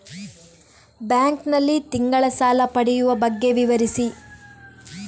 Bank ನಲ್ಲಿ ತಿಂಗಳ ಸಾಲ ಪಡೆಯುವ ಬಗ್ಗೆ ವಿವರಿಸಿ?